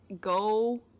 go